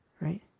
right